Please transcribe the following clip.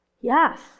Yes